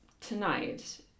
tonight